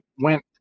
went